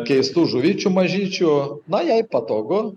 keistų žuvyčių mažyčių na jai patogu